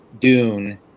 Dune